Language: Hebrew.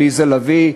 עליזה לביא,